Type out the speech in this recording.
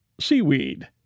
seaweed